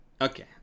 Okay